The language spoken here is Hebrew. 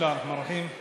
בסם אללה א-רחמאן א-רחים.